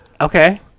Okay